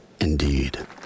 Indeed